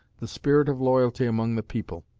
the spirit of loyalty among the people.